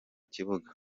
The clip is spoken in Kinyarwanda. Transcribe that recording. kibuga